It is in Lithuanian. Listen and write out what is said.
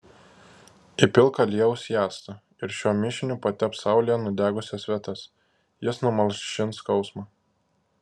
įpilk aliejaus į actą ir šiuo mišiniu patepk saulėje nudegusias vietas jis numalšins skausmą